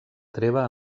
treva